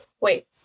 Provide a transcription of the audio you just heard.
Wait